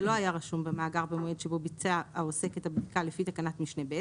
לא היה רשום במאגר במועד שבו ביצע העוסק את הבדיקה לפי תקנת משנה (ב),